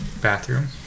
bathroom